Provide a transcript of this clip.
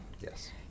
Yes